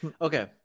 Okay